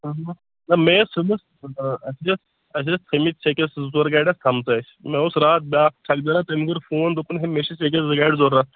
نہ مےٚ ٲسۍ سوٗزمٕژ اَسہِ أسۍ اَسہِ أسۍ تھٔمٕتۍ سیٚکٮ۪س زٕ ژور گاڑِ آس تھَمژٕ اَسہِ مےٚ اوس راتھ بیٛاکھ ٹھیٚکدَرا تٔمۍ کوٚر فون دوٚپُن ہے مےٚ چھِ سیٚکٮ۪س زٕ گاڑِ ضروٗرَت